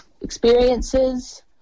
experiences